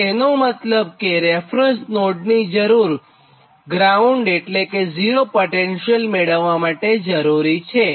તો તેનો મતલબ કેરેફરન્સ નોડની જરૂર ગ્રાઉન્ડ એટલે કે 0 પોટેંશિયલ માટે જરૂરી છે